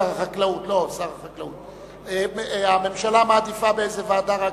החקלאות, הממשלה מעדיפה באיזו ועדה?